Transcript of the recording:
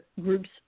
groups